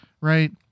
Right